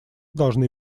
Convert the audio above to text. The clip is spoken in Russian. должны